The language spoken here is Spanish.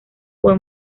por